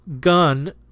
gun –